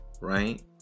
right